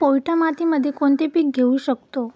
पोयटा मातीमध्ये कोणते पीक घेऊ शकतो?